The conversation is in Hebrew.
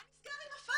מה נסגר עם הפקס?